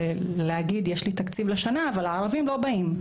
להגיד: יש לי תקציב לשנה אבל הערבים לא באים,